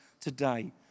today